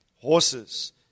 horses